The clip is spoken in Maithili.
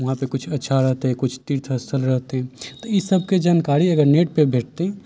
वहाँ पे किछु अच्छा रहतै किछु तीर्थ स्थल रहतै तऽ ई सबके जानकारी अगर नेट पे भेटतै